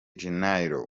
janeiro